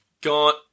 got